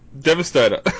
Devastator